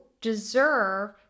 deserve